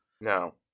No